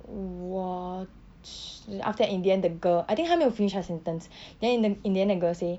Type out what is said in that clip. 我 after that in the end the girl I think 他没有 finish 他的 sentence then in the in the end the girl say